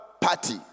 party